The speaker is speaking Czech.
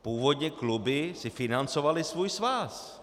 Původně kluby si financovaly svůj svaz.